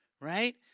right